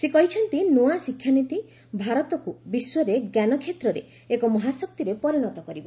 ସେ କହିଛନ୍ତି ନ୍ନଆ ଶିକ୍ଷାନୀତି ଭାରତକୁ ବିଶ୍ୱରେ ଜ୍ଞାନ କ୍ଷେତ୍ରରେ ଏକ ମହାଶକ୍ତିରେ ପରିଣତ କରିବ